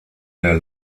der